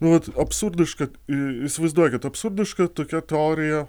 nu vat absurdiška įsivaizduokit absurdiška tokia teorija